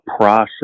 process